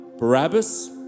Barabbas